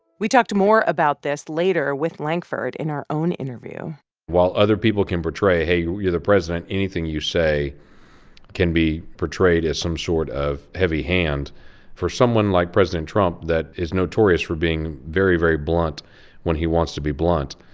we talked more about this later with lankford in our own interview while other people can portray, hey, you're you're the president anything you say can be portrayed as some sort of heavy hand for someone like president trump that is notorious for being very, very blunt when he wants to be blunt,